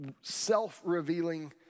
self-revealing